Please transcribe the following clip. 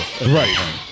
right